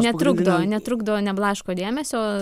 netrukdo netrukdo neblaško dėmesio